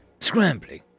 scrambling